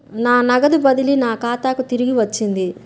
నా నగదు బదిలీ నా ఖాతాకు తిరిగి వచ్చింది